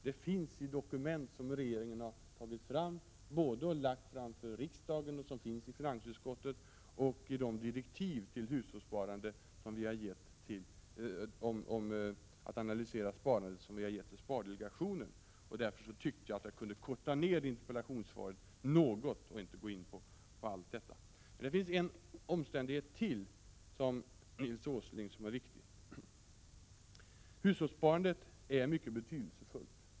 Det finns i dokument som regeringen har tagit fram, både i förslag som framlagts för till riksdagen, i förslag som finns i finansutskottet och i de direktiv om att analysera sparandet som vi har gett till spardelegationen. Jag ansåg att jag därför kunde korta ned interpellationssvaret något och inte gå in på allt detta. Det finns dock ytterligare en omständighet som är viktig, Nils Åsling. Hushållssparandet är mycket betydelsefullt.